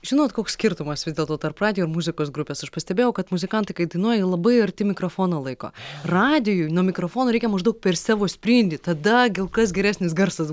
žinot koks skirtumas vis dėlto tarp radijo ir muzikos grupės aš pastebėjau kad muzikantai kai dainuoja jie labai arti mikrofoną laiko radijuj nuo mikrofono reikia maždaug per savo sprindį tada kur kas geresnis garsas